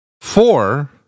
four